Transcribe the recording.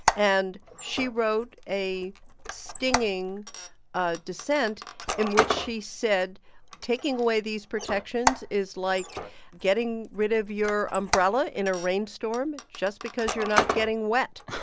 and she wrote a stinging ah dissent in which she said taking away these protections is like getting rid of your umbrella in a rainstorm just because you're not getting wet.